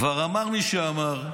כבר אמר מי שאמר: